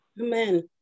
Amen